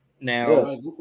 Now